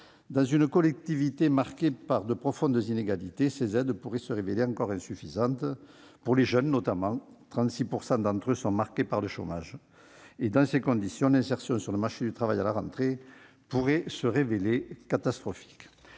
dans une collectivité marquée par de profondes inégalités, ces aides pourraient se révéler encore insuffisantes, notamment pour les jeunes, alors que 36 % d'entre eux sont touchés par le chômage. Dans ces conditions, l'insertion sur le marché du travail pourrait se révéler catastrophique